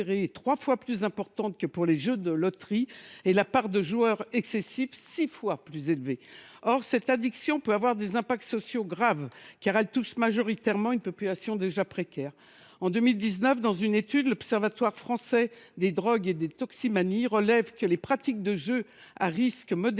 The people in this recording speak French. est trois fois plus importante que pour les jeux de loterie et la part de joueurs excessifs six fois plus élevée ». Or cette addiction peut avoir des impacts sociaux graves, car elle touche majoritairement une population déjà précaire. Dans une étude de 2019, l’Observatoire français des drogues et des toxicomanies (OFDT) relève que « les pratiques [de jeu] à risques modérés